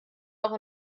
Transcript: auch